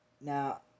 Now